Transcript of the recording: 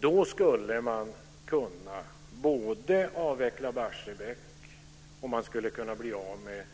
Då skulle man kunna både avveckla Barsebäck och bli av med